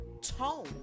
tone